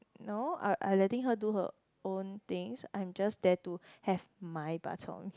no I I letting her do her own things I am just there to have my bak-chor-mee